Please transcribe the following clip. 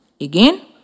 Again